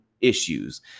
issues